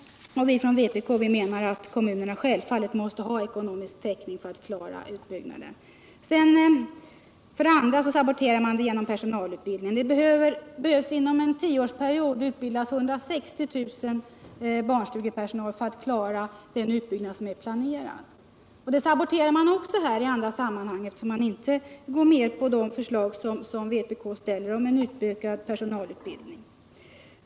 Vpk menar att kommunerna självfallet måste ha ekonomisk täckning för att klara utbyggnaden. För det andra saboterar man genom personalutbildningen. Det behöver inom en tioårsperiod utbildas 160 000 personer inom barnomsorgen för att klara den utbyggnad som är planerad. Man saboterar alltså eftersom man inte går med på de förslag som vpk ställer om en utökad personalutbildning.